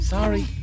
Sorry